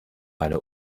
meine